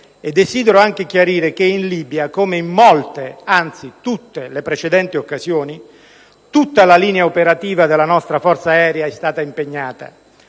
desidero anche chiarire che in Libia, come in molte, anzi in tutte le precedenti occasioni, tutta la linea operativa della nostra forza aerea è stata impegnata,